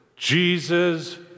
Jesus